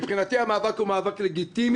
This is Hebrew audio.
מבחינתי, המאבק הוא מאבק לגיטימי.